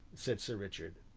said sir richard.